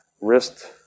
wrist